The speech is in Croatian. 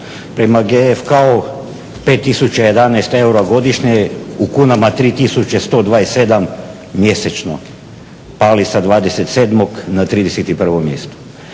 Prema GFK-u 5011 eura godišnje, u kunama 3127 mjesečno. Pali sa 27 na 31 mjesto.